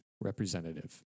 representative